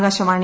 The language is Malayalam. ആകാശവാണി